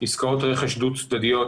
עסקאות רכש דו-צדדיות,